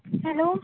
hello